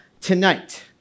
tonight